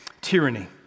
tyranny